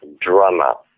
drama